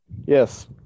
Yes